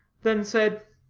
then said